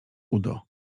udo